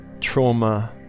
trauma